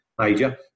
major